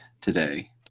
today